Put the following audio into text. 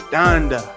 Donda